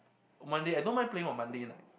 on Monday I don't mind playing on Monday night